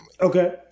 Okay